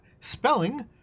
spelling